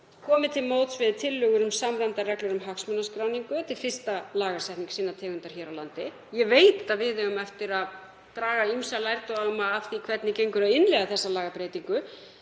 kemur til móts við tillögur um samræmdar reglur um hagsmunaskráningu. Þetta er fyrsta lagasetning sinnar tegundar hér á landi. Ég veit að við eigum eftir að draga ýmsa lærdóma af því hvernig gengur að innleiða þessa lagabreytingu.